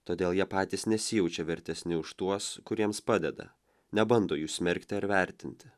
todėl jie patys nesijaučia vertesni už tuos kuriems padeda nebando jų smerkti ar vertinti